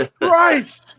right